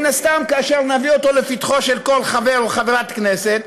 ומן הסתם כאשר נביא אותו לפתחו של כל חבר או חברת כנסת,